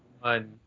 one